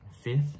fifth